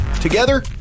Together